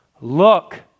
Look